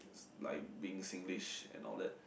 like being Singlish and all that